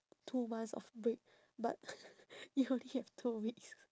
two months of break but you only have two weeks